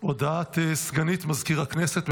הודעה לסגנית מזכיר הכנסת.